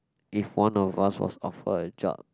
if one of us was offered a job